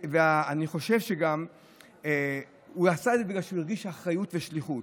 אני חושב שהוא עשה את זה גם בגלל שהוא הרגיש אחריות ושליחות.